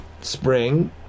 spring